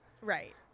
Right